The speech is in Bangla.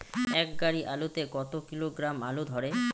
এক গাড়ি আলু তে কত কিলোগ্রাম আলু ধরে?